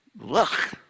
Look